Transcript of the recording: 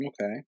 Okay